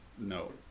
no